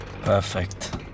Perfect